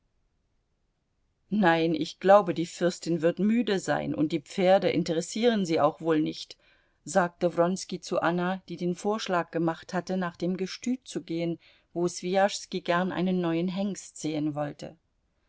nein ich glaube die fürstin wird müde sein und die pferde interessieren sie auch wohl nicht sagte wronski zu anna die den vorschlag gemacht hatte nach dem gestüt zu gehen wo swijaschski gern einen neuen hengst sehen wollte